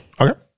okay